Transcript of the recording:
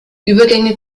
übergänge